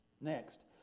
Next